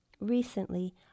Recently